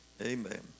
Amen